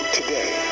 Today